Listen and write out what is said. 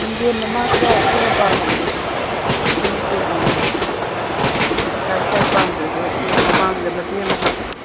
ꯃꯤꯡꯁꯦꯟ ꯃꯃꯥꯡꯗ ꯈꯔ ꯄꯥꯜꯍꯟꯒꯦ ꯈꯣꯡꯎꯞꯇꯣ ꯎꯅꯕ ꯁꯥꯏꯠ ꯁꯥꯏꯠ ꯄꯥꯟꯗ꯭ꯔꯁꯨ ꯃꯃꯥꯡꯗ ꯃꯇꯦꯛ ꯑꯃ ꯍꯥꯞꯄꯗꯣ